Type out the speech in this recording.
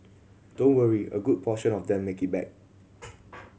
don't worry a good portion of them make it back